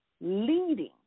leading